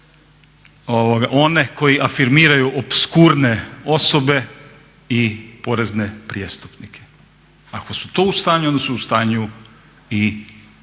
oni koji afirmiraju opskurne osobe i porezne prijestupnike. Ako su to u stanju onda su u stanju i raditi neke